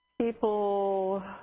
people